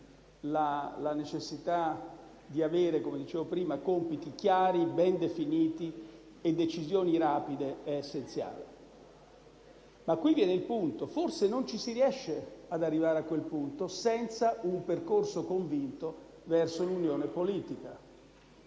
la necessità di avere compiti chiari, ben definiti e decisioni rapide è essenziale. Qui viene il punto: forse non si riesce ad arrivare a quel punto senza un percorso convinto verso l'unione politica.